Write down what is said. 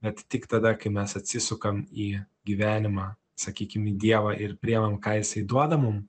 bet tik tada kai mes atsisukam į gyvenimą sakykim į dievą ir priimam ką jisai duoda mum